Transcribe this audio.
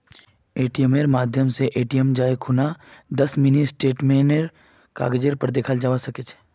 एटीएमेर माध्यम स एटीएमत जाई खूना दस मिनी स्टेटमेंटेर कागजेर पर दखाल जाबा सके छे